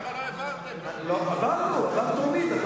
תמכנו בזה, זה עבר טרומית.